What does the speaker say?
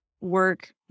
work